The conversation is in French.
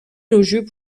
élogieux